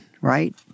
right